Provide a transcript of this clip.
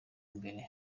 mbere